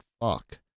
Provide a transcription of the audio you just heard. fuck